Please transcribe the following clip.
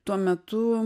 tuo metu